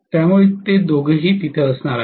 त्यामुळे ते दोघेही तिथे असणार आहेत